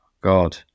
God